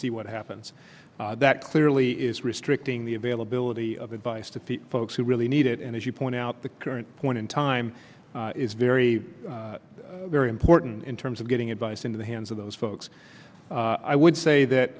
see what happens that clearly is restricting the availability of advice to feed folks who really need it and as you point out the current point in time is very very important in terms of getting advice into him and for those folks i would say that